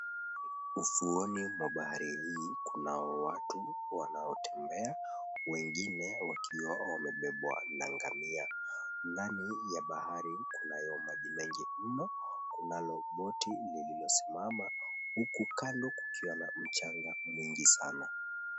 Ufuoni mwa bahari hii, kunao watu wanaotembea, wengine wakiwa wamebebwa na ngamia. Ndani ya bahari kunayo maji mengi mno, kunalo boti lililosimama huku kando kukiwa na mchanga mwingi sana.